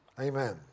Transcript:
Amen